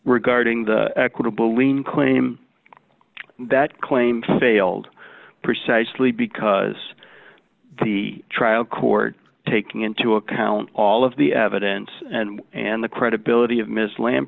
regarding the equitable lien claim that claim failed precisely because the trial court taking into account all of the evidence and the credibility of ms lam